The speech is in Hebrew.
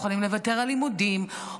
מוכנים לוותר על לימודים,